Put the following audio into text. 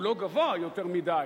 הוא לא גבוה יותר מדי,